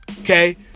okay